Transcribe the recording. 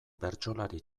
bertsolari